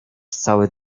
cały